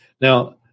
Now